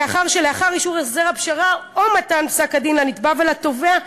מאחר שלאחר אישור הסדר הפשרה או מתן פסק-הדין לנתבע ולתובע,